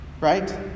right